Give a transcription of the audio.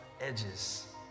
edges